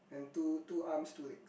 and two two arms two legs